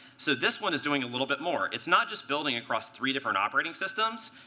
so this one is doing a little bit more. it's not just building across three different operating systems.